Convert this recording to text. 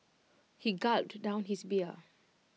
he gulped down his beer